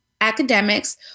academics